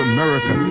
America